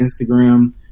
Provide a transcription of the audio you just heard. Instagram